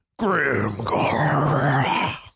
Grimgar